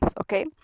Okay